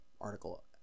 article